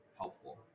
helpful